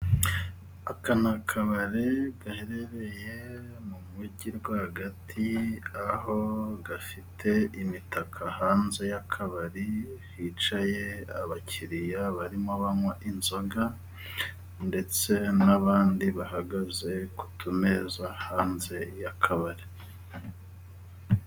Aka n' akabari gaherereye mu mujyi rwagati aho gafite imitaka hanze y'akabari hicaye abakiriya barimo banywa inzoga, ndetse n'abandi bahagaze ku tu meza hanze y'akabari.